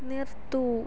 നിർത്തൂ